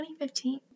2015